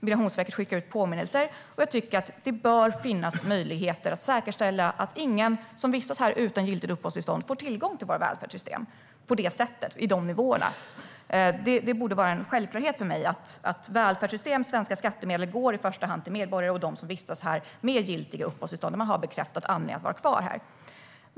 Migrationsverket skickar ut påminnelser. Jag tycker att det bör finnas möjlighet att säkerställa att ingen som vistas här utan giltigt uppehållstillstånd får tillgång till våra välfärdssystem på det sättet och i de nivåerna. Det är en självklarhet för mig att välfärdssystemet och svenska skatter i första hand borde gå till medborgare och till dem som vistas här med giltiga uppehållstillstånd, alltså de som har en bekräftad anledning att vara kvar här.